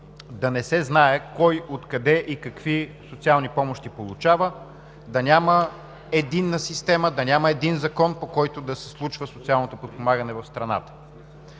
да не се знае кой откъде и какви социални помощи получава, да няма единна система, да няма един закон, по който да се случва социалното подпомагане в страната.